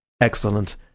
Excellent